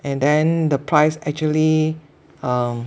and then the price actually um